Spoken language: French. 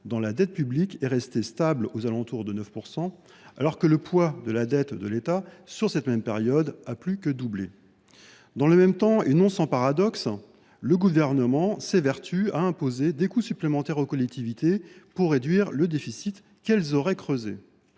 dans la dette publique est resté stable aux alentours de 9 %, alors que le poids de la dette de l’État sur cette même période a plus que doublé. Dans le même temps, et non sans paradoxe, le Gouvernement s’évertue à imposer des coûts supplémentaires aux collectivités pour réduire le déficit qu’elles auraient creusé.